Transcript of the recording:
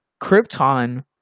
Krypton